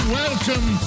welcome